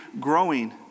growing